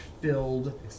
filled